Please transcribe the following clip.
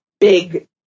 big